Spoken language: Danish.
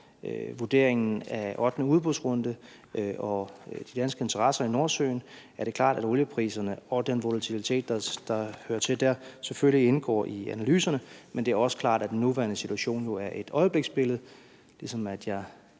vurderingen af den ottende udbudsrunde og de danske interesser i Nordsøen, er det klart, at oliepriserne og den volatilitet, der hører til der, selvfølgelig indgår i analyserne, men det er også klart, at den nuværende situation jo er et øjebliksbillede,